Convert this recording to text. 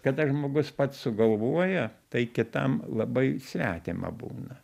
kada žmogus pats sugalvoja tai kitam labai svetima būna